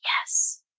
yes